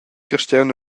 carstgaun